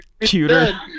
Cuter